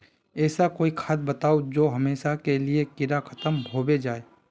कोई ऐसा खाद बताउ जो हमेशा के लिए कीड़ा खतम होबे जाए?